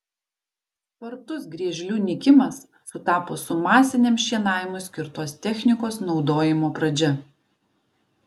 spartus griežlių nykimas sutapo su masiniam šienavimui skirtos technikos naudojimo pradžia